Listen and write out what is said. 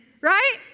right